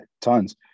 Tons